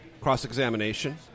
cross-examination